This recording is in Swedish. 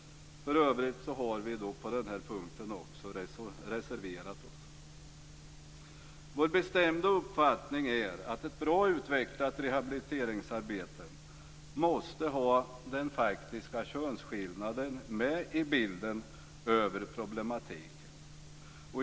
För övrigt har vi också reserverat oss på den här punkten. Vår bestämda uppfattning är att ett bra utvecklat rehabiliteringsarbete måste ha den faktiska könsskillnaden med i bilden över problematiken.